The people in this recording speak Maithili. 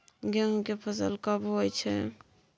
गेहूं के फसल कब होय छै?